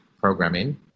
programming